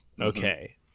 Okay